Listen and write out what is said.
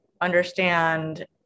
understand